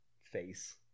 face